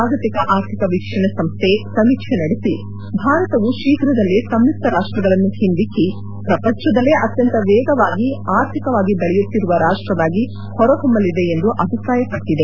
ಜಾಗತಿಕ ಅರ್ಥಿಕ ವೀಕ್ಷಣೆ ಸಂಸ್ಥೆ ಸಮೀಕ್ಷೆ ನಡೆಸಿ ಭಾರತವು ಶೀಘ್ರದಲ್ಲೆ ಸಂಯುಕ್ತ ರಾಷ್ಟಗಳನ್ನು ಒಂದಿಕ್ಕಿ ಪ್ರಪಂಚದಲ್ಲೇ ಅತ್ತಂತ ವೇಗವಾಗಿ ಆರ್ಥಿಕವಾಗಿ ಬೆಳೆಯುತ್ತಿರುವ ರಾಷ್ಟವಾಗಿ ಹೊರಹೊಮ್ಮಲಿದೆ ಎಂದು ಅಭಿಪ್ರಾಯಪಟ್ಟಿದೆ